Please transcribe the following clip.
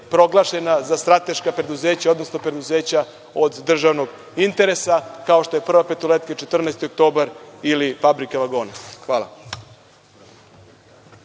proglašena za strateška preduzeća, odnosno preduzeća od državnog interesa, kao što je „Prva petoletka“, „14. oktobar“ ili Fabrika vagona? Hvala.